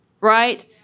right